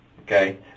Okay